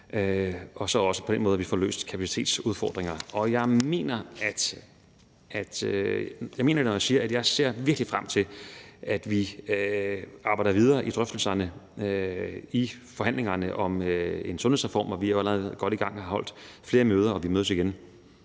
at vi på den måde får løst kapacitetsudfordringerne. Og jeg mener det, når jeg siger, at jeg virkelig ser frem til, at vi i drøftelserne i forhandlingerne arbejder videre med en sundhedsreform. Og vi er jo allerede godt i gang; vi har holdt flere møder, og vi mødes igen